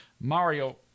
mario